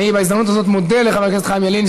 בהזדמנות הזאת אני מודה לחבר הכנסת חיים ילין,